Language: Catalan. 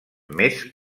més